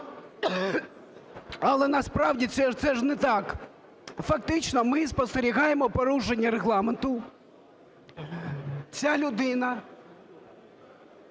Але насправді це ж не так. Фактично ми спостерігаємо порушення Регламенту. Ця людина